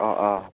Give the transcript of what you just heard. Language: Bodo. अ अ